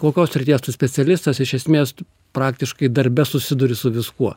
kokios srities tu specialistas iš esmės praktiškai darbe susiduri su viskuo